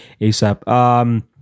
ASAP